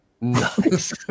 Nice